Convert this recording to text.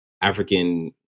African